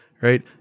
right